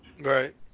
Right